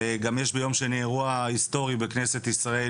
גם יש ביום שני אירוע היסטורי בכנסת ישראל,